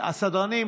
הסדרנים,